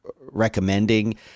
recommending